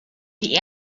die